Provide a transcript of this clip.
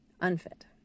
unfit